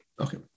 Okay